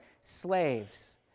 slaves